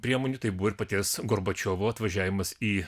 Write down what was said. priemonių tai buvo ir paties gorbačiovo atvažiavimas į